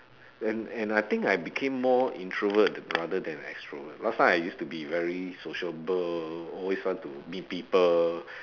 and and I think I became more introvert rather than extrovert last time I used to be very sociable always want to meet people